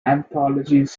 anthologies